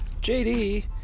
JD